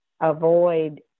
avoid